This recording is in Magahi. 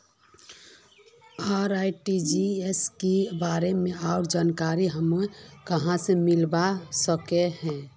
आर.टी.जी.एस के बारे में आर जानकारी हमरा कहाँ से मिलबे सके है?